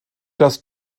das